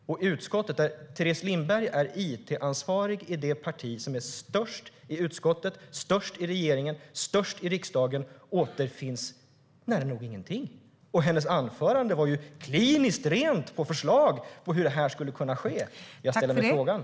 Men i utskottet, där Teres Lindberg är it-ansvarig i det parti som är störst i utskottet, störst i regeringen och störst i riksdagen, återfinns nära nog ingenting. Hennes anförande var också kliniskt rent på förslag på hur det här skulle kunna genomföras.